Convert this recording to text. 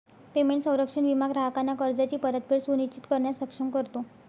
payment संरक्षण विमा ग्राहकांना कर्जाची परतफेड सुनिश्चित करण्यास सक्षम करतो